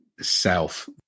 self